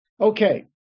Okay